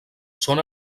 són